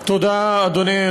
הנגבי,